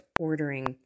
ordering